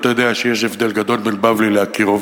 אתה יודע שיש הבדל גדול בין בבלי לאקירוב